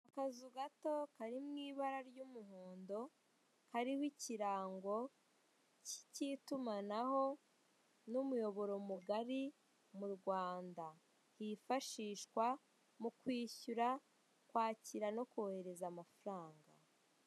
Akazu gato kari mu ibara ry'umuhondo kariho ikirango cy'itumanaho ni umuyoboro mugari mu Rwanda, kifashishwa mu kwishyura, kwakira no kohereza amafaranga.